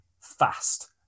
Fast